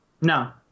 No